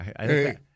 hey